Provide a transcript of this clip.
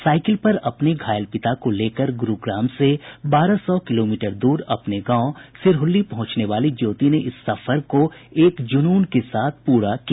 cycle पर अपने घायल पिता को लेकर गुरूग्राम से बारह सौ किलोमीटर दूर अपने गांव सिरहुल्ली पहुंचने वाली ज्योति ने इस सफर को एक जुनून के साथ पूरा किया